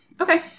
Okay